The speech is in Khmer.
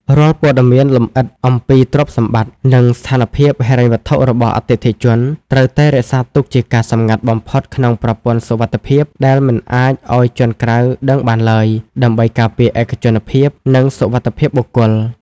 រាល់ព័ត៌មានលម្អិតអំពីទ្រព្យសម្បត្តិ និងស្ថានភាពហិរញ្ញវត្ថុរបស់អតិថិជន ត្រូវតែរក្សាទុកជាការសម្ងាត់បំផុតក្នុងប្រព័ន្ធសុវត្ថិភាពដែលមិនអាចឱ្យជនក្រៅដឹងបានឡើយ ដើម្បីការពារឯកជនភាព និងសុវត្ថិភាពបុគ្គល។